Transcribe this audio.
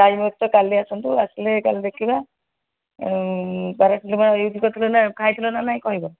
time ଅଛି ତ କାଲି ଆସନ୍ତୁ ଆସିଲେ କାଲି ଦେଖିବା ପାରାସିଟାମଲ୍ ୟୁଜ୍ କରିଥିଲ ନା ଖାଇଥିଲ ନା ନାହିଁ କହିବ